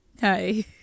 hi